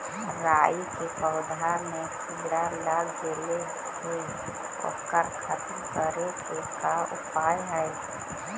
राई के पौधा में किड़ा लग गेले हे ओकर खत्म करे के का उपाय है?